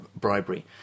bribery